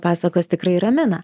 pasakos tikrai ramina